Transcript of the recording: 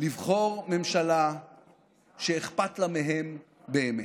לבחור ממשלה שאכפת לה מהם באמת.